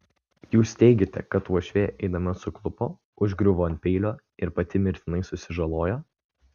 jūs teigiate kad uošvė eidama suklupo užgriuvo ant peilio ir pati mirtinai susižalojo